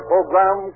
Program